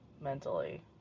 mentally